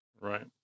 Right